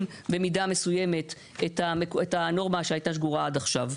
במידה מסוימת את הנורמה שהייתה שגורה עד עכשיו.